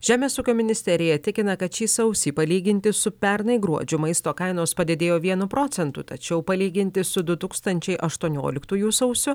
žemės ūkio ministerija tikina kad šį sausį palyginti su pernai gruodžiu maisto kainos padidėjo vienu procentu tačiau palyginti su du tūkstančiai aštuonioliktųjų sausiu